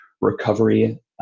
recovery